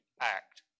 act